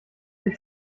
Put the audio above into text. sich